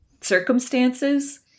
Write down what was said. circumstances